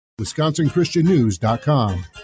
WisconsinChristianNews.com